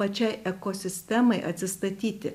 pačiai ekosistemai atsistatyti